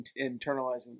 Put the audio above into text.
internalizing